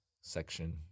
section